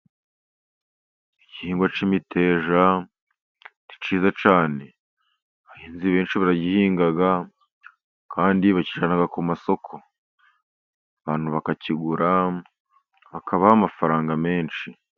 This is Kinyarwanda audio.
Igihingwa cy'imiteja ni cyiza cyane. Abahinzi benshi baragihinga kandi bakakijyna ku masoko. Abantu bakakigura, bakabaha amafaranga menshi.